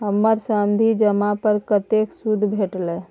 हमर सावधि जमा पर कतेक सूद भेटलै?